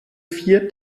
vier